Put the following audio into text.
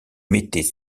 mettaient